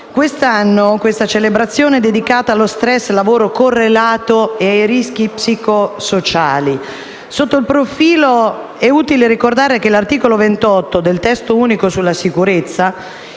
Quest'anno detta celebrazione è dedicata allo *stress* lavoro-correlato e ai rischi psicosociali. Sotto questo profilo, è utile ricordare che l'articolo 28 del testo unico sulla sicurezza